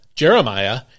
Jeremiah